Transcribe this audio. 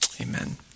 Amen